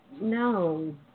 no